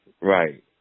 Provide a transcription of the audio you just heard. Right